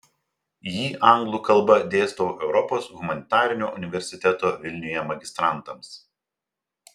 jį anglų kalba dėstau europos humanitarinio universiteto vilniuje magistrantams